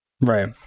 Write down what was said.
Right